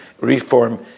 reform